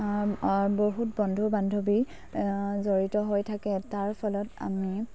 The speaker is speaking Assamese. বহুত বন্ধু বান্ধৱী জড়িত হৈ থাকে তাৰ ফলত আমি